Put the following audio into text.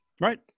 right